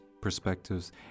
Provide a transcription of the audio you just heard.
perspectives